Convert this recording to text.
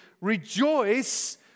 rejoice